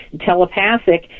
telepathic